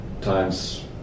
times